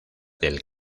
del